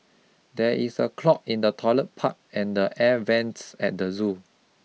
there is a clog in the toilet pipe and the air vents at the zoo